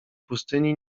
pustyni